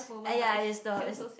!aiya! it's the it's